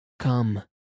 Come